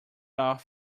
off